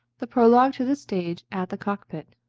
the prologue to the stage, at the cock-pit.